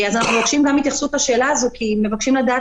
אנחנו מבקשים גם התייחסות לשאלה הזאת כי מבקשים לדעת